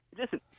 listen